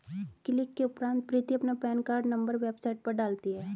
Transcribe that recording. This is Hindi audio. क्लिक के उपरांत प्रीति अपना पेन कार्ड नंबर वेबसाइट पर डालती है